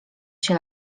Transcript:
się